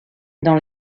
dans